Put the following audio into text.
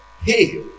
Hey